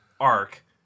arc